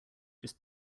just